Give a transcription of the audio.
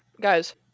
guys